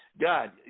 God